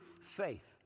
faith